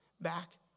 back